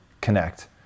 connect